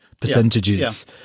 percentages